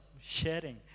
sharing